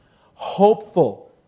hopeful